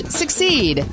succeed